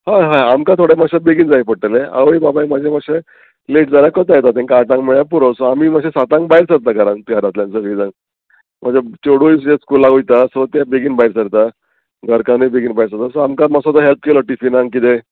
हय हय आमकां थोडे मातशे बेगीन जाय पडटले आवय बापाय म्हाजे मातशे लेट जाल्यार कोता येता तांकां आठांक म्हळ्यार पुरो सो आमी मातशें सातांक भायर सरता घरान घरांतल्यान सगळीं जाण मातशें चेडूय जे स्कुलाक वयता सो तें बेगीन भायर सरता घरकानूय बेगीन भायर सरता सो आमकां मातसो तो हेल्प केलो टिफिनांग किदेंय